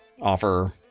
offer